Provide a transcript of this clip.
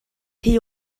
rhy